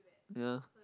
ya